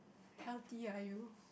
healthy are you